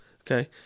okay